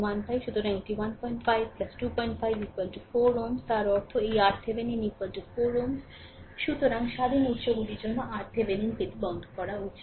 সুতরাং এটি 15 25 4 Ω তার অর্থ এই RThevenin 4 Ω সুতরাং স্বাধীন উৎসগুলির জন্য RThevenin পেতে বন্ধ করা উচিত